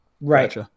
Right